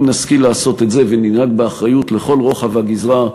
אם נשכיל לעשות את זה וננהג באחריות לכל רוחב הגזרה,